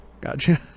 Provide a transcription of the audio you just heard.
Gotcha